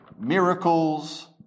miracles